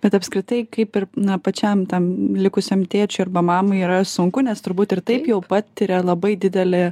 bet apskritai kaip ir na pačiam tam likusiam tėčiui arba mamai yra sunku nes turbūt ir taip jau patiria labai didelį